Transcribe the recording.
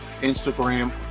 Instagram